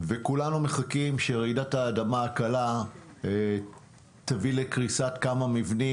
וכולנו מחכים שרעידת האדמה הקלה תביא לקריסת כמה מבנים